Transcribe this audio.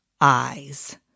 eyes